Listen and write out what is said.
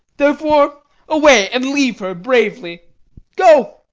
therefore away, and leave her bravely go.